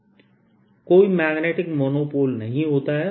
कोई magnetic monopole नहीं होता हैं